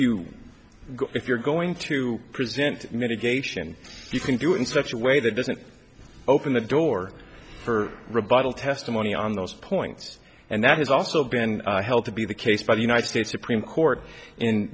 you go if you're going to present mitigation you can do it in such a way that doesn't open the door for rebuttal testimony on those points and that has also been held to be the case by the united states supreme court in